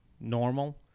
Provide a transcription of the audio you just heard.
normal